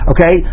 Okay